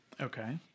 Okay